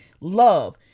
love